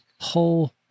whole